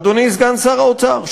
אדוני סגן שר האוצר,